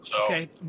Okay